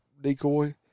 decoy